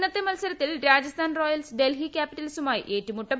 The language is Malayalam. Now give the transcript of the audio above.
ഇന്നത്തെ മത്സരത്തിൽ രാജസ്ഥാൻ റോയൽസ് ഡൽഹി ക്യാപ്പിറ്റൽസുമായി ഏറ്റ്മുട്ടും